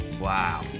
Wow